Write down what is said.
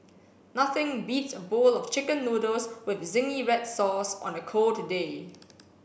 nothing beats a bowl of chicken noodles with zingy red sauce on a cold day